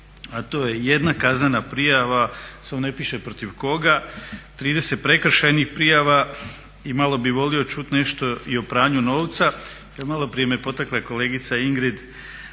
a to je jedna kaznena prijava samo ne piše protiv koga, 30 prekršajnih prijava i malo bih volio čuti nešto i o pranju novca jer malo prije me potakla kolegica Ingrid